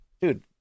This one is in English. dude